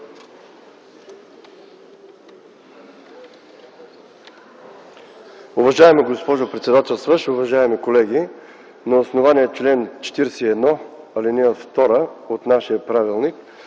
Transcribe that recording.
Уважаема госпожо председателстващ, уважаеми колеги! На основание чл. 41, ал. 2 от нашия правилник